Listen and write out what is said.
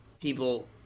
people